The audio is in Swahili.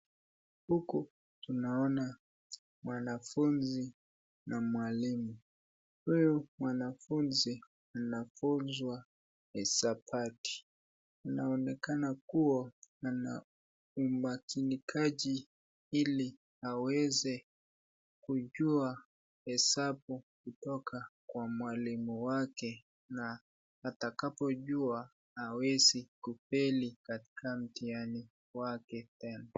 Huku naona wanafunzi na mwalimu , huyu mwanafunzi anafunzwa hisabati na inaonekana kuwa anaumakinikaji ili aweze kujua hesabu kutoka kwa mwalimu wake na atakapojua hawezi kufeli katika mtihani wake tena.